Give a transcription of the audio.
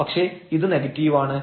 പക്ഷേ ഇത് നെഗറ്റീവ് ആണ്